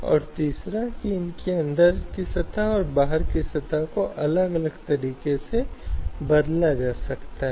अपने काम के साथ यहाँ काम में अच्छा प्रदर्शन करने के लिए और यह गंभीरता से उस महिला के मानसिक और मनोवैज्ञानिक शांत को प्रभावित करता है